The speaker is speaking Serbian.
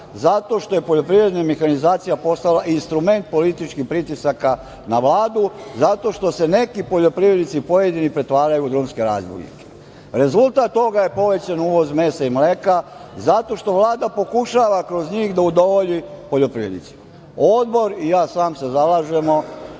zato što je poljoprivredna mehanizacija postala instrument političkih pritisaka na Vladu zato što se neki poljoprivrednici, pojedini, pretvaraju u drumske razbojnike. Rezultat toga je povećan uvoz mesa i mleka zato što Vlada pokušava kroz njih da udovolji poljoprivrednicima. Odbor i ja sam se zalažemo